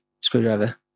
screwdriver